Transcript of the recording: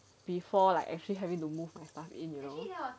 before like actually having to move my stuff in